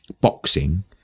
boxing